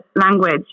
language